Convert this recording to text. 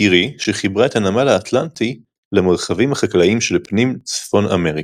אירי שחיברה את הנמל האטלנטי למרחבים החקלאיים של פנים צפון אמריקה.